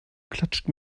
klatscht